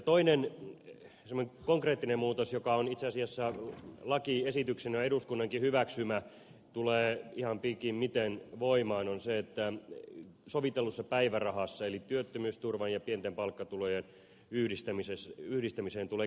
toinen konkreettinen muutos joka on itse asiassa lakiesityksenä eduskunnankin hyväksymä ja tulee ihan pikimmiten voimaan on se että soviteltuun päivärahaan eli työttömyysturvan ja pienten palkkatulojen yhdistämiseen tulee käsittelyaikatakuu